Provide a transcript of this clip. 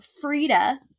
Frida